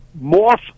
More